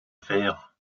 faire